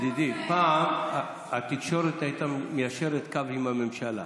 ידידי, פעם התקשורת הייתה מיישרת קו עם הממשלה.